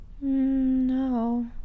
No